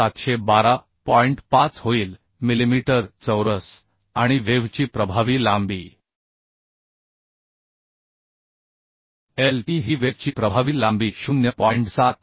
5 होईल मिलिमीटर चौरस आणि वेव्ह ची प्रभावी लांबी Le ही वेव्ह ची प्रभावी लांबी 0